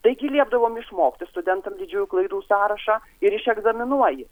taigi liepdavom išmokti studentam didžiųjų klaidų sąrašą ir išegzaminuoji